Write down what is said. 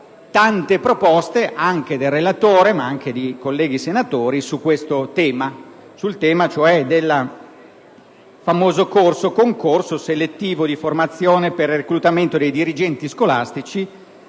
tante proposte, del relatore ma anche di altri colleghi senatori, su questo tema del famoso corso-concorso selettivo di formazione per il reclutamento dei dirigenti scolastici